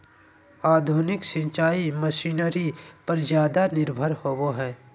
आधुनिक सिंचाई मशीनरी पर ज्यादा निर्भर होबो हइ